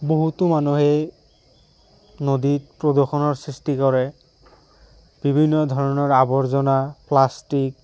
বহুতো মানুহেই নদীত প্ৰদূষণৰ সৃষ্টি কৰে বিভিন্ন ধৰণৰ আৱৰ্জনা প্লাষ্টিক